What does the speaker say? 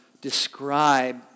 describe